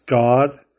God